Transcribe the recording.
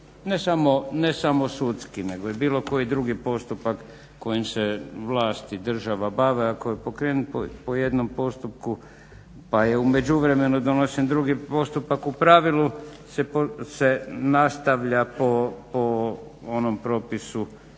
ne samo sudski, nego i bilo koji drugi postupak kojim se vlast i država bave, ako je pokrenut po jednom postupku, pa je u međuvremenu donesen drugi postupak u pravilu se nastavlja po onom propisu po kojem